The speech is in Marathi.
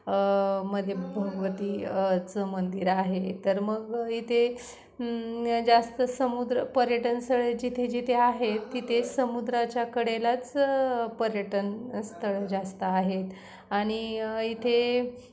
मध्ये भगवतीचं मंदिर आहे तर मग इथे जास्त समुद्र पर्यटनस्थळं जिथे जिथे आहेत तिथे समुद्राच्याकडेलाच पर्यटनस्थळं जास्त आहेत आणि इथे